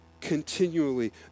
continually